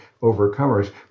overcomers